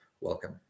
welcome